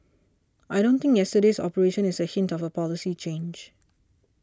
I don't think yesterday's operation is a hint of a policy change